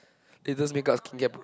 latest makeup skincare